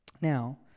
Now